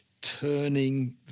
turning